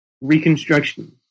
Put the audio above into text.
Reconstruction